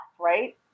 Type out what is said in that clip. right